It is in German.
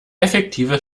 effektive